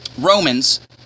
Romans